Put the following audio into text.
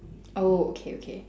oh okay okay